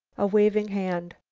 a waving hand.